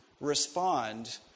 respond